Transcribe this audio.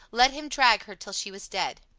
let him drag her till she was dead.